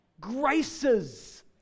graces